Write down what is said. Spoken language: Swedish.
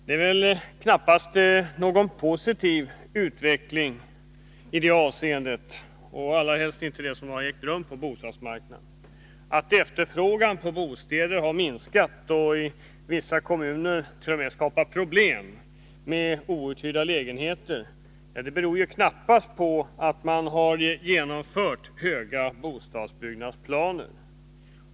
Det är knappast någon positiv utveckling i det avseendet, och allra helst inte när det gäller det som har ägt rum på bostadsmarknaden, att efterfrågan på bostäder har minskat och i vissa kommuner t.o.m. skapat problem med outhyrda lägenheter. Det beror knappast på att man har genomfört stora bostadsbyggnadsplaner.